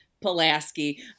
Pulaski